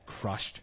crushed